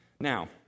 Now